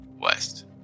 West